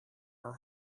are